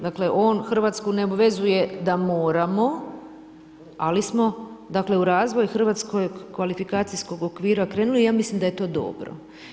Dakle on Hrvatsku ne obvezuje da moramo ali smo u razvoj Hrvatskog kvalifikacijskog okvira krenuli i ja mislim da je to dobro.